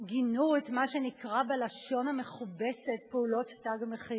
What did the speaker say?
גינו את מה שנקרא בלשון המכובסת "פעולות תג מחיר"?